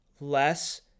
less